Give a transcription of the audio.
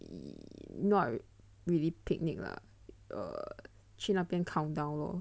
not really picnic lah err 去那边 countdown lor